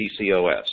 PCOS